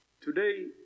Today